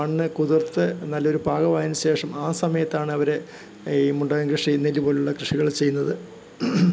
മണ്ണ് കുതിർത്ത് നല്ലൊരു പാകമായതിനുശേഷം ആ സമയത്താണവര് ഈ മുണ്ടകൻ കൃഷി നെല്ല് പോലുള്ള കൃഷികള് ചെയ്യുന്നത്